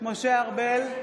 משה ארבל,